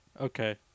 Okay